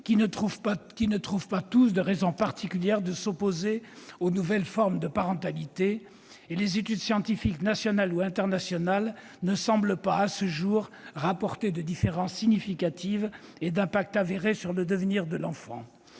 ne trouvent pas de raison particulière de s'opposer aux nouvelles formes de parentalité, et les études scientifiques nationales et internationales ne semblent pas, à ce jour, rapporter de différences significatives et d'impact avéré sur le devenir de l'enfant.